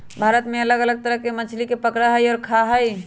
भारत में लोग अलग अलग तरह के मछली पकडड़ा हई और खा हई